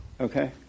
Okay